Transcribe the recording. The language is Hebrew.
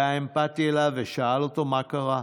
היה אמפתי אליו ושאל אותו מה קרה.